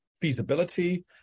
feasibility